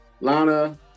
lana